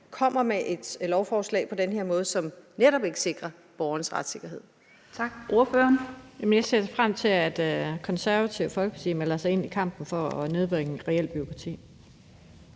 kommer med et lovforslag på den her måde, som netop ikke sikrer borgernes retssikkerhed.